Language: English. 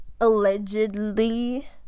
Allegedly